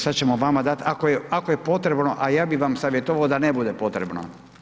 Sad ćemo vama dati, ako je potrebno, a ja bi vam savjetovao da ne bude potrebno.